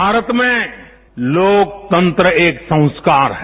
भारत में लोकतंत्र एक संस्कार है